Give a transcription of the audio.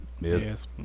yes